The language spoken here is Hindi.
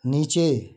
नीचे